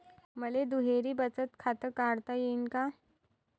मले दुहेरी बचत खातं काढता येईन का?